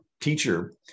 teacher